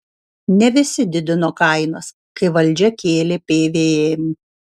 ne visi didino kainas kai valdžia kėlė pvm